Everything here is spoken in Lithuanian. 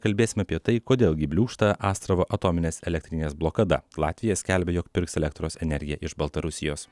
kalbėsim apie tai kodėl gi bliūkšta astravo atominės elektrinės blokada latvija skelbia jog pirks elektros energiją iš baltarusijos